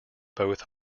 both